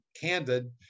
candid